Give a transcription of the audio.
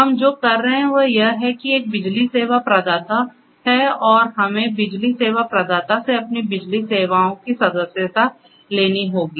हम जो कर रहे हैं वह यह है कि एक बिजली सेवा प्रदाता है और हमें बिजली सेवा प्रदाता से अपनी बिजली सेवाओं की सदस्यता लेनी होगी